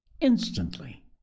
Instantly